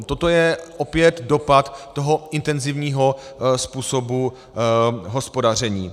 Toto je opět dopad toho intenzivního způsobu hospodaření.